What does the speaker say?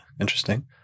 interesting